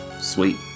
sweet